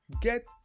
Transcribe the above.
get